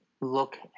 look